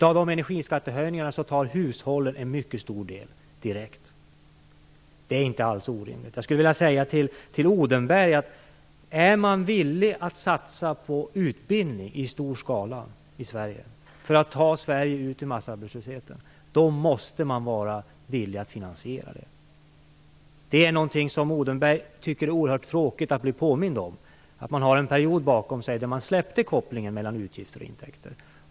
Av de energiskattehöjningarna tar hushållen en mycket stor del direkt. Det är inte alls orimligt. Jag skulle vilja säga till Odenberg, att om man är villig att satsa på utbildning i stor skala i Sverige, för att ta Sverige ur massarbetslösheten, måste man också vara villig att finansiera det. Odenberg tycker att det är oerhört tråkigt att bli påmind om att man har en period bakom sig då man släppte kopplingen mellan utgifter och intäkter.